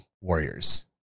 warriors